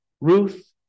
Ruth